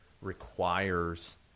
requires